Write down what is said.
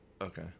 Okay